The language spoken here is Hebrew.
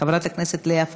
חברת הכנסת לאה פדידה,